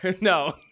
No